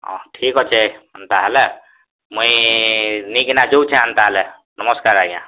ହଁ ଠିକ୍ ଅଛେ ହେନ୍ତା ହେଲେ ତାହେଲେ ମୁଇଁ ନେଇକିନା ଯଉଁଛେ ହେନ୍ତା ହେଲେ ନମସ୍କାର ଆଜ୍ଞା